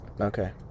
Okay